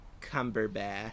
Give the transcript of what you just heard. Cumberbatch